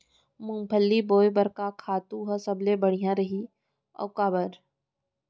मूंगफली बोए बर का खातू ह सबले बढ़िया रही, अऊ काबर?